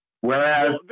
Whereas